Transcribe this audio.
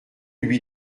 lui